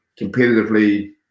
competitively